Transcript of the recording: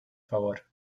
favor